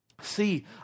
See